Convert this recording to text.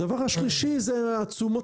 הדבר השלישי זה התשומות,